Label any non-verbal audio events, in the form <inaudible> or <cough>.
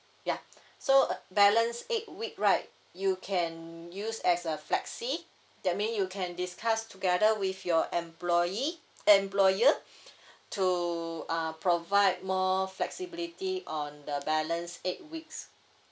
yeah so uh balance eight week right you can use as a flexi that mean you can discuss together with your employee employer <breath> to uh provide more flexibility on the balance eight weeks